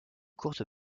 courte